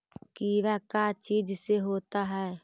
कीड़ा का चीज से होता है?